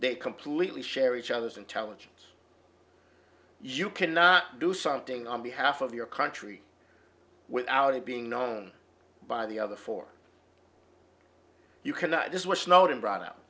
they completely share each other's intelligence you cannot do something on behalf of your country without it being known by the other for you cannot just wish noton brought